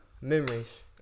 memories